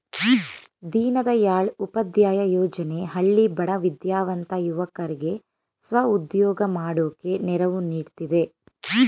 ದೀನದಯಾಳ್ ಉಪಾಧ್ಯಾಯ ಯೋಜನೆ ಹಳ್ಳಿ ಬಡ ವಿದ್ಯಾವಂತ ಯುವಕರ್ಗೆ ಸ್ವ ಉದ್ಯೋಗ ಮಾಡೋಕೆ ನೆರವು ನೀಡ್ತಿದೆ